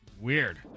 Weird